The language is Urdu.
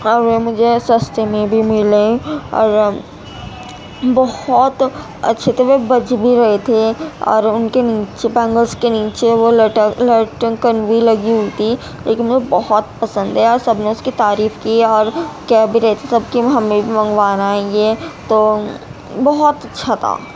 اور وہ مجھے سستے میں بھی ملے اور بہت اچھے تھے وہ بج بھی رہے تھے اور ان کے نیچے بینگلس کے نیچے وہ لٹک لٹکن بھی لگی ہوئی تھی لیکن مجھے بہت پسند ہے اور سب نے اس کی تعریف کی اور کہہ بھی رہے تھے سب کہ وہ ہمیں بھی منگوانا ہی ہے تو بہت اچھا تھا